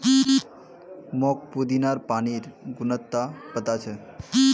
मोक पुदीनार पानिर गुणवत्ता पता छ